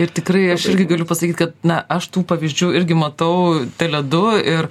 ir tikrai aš irgi galiu pasakyt kad na aš tų pavyzdžių irgi matau tele du ir